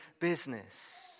business